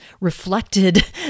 reflected